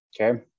okay